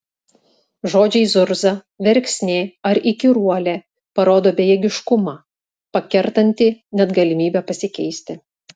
žodžiai zurza verksnė ar įkyruolė parodo bejėgiškumą pakertantį net galimybę pasikeisti